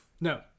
No